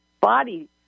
body